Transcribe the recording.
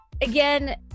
again